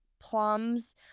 plums